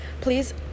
please